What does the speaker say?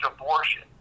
abortion